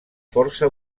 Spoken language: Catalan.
força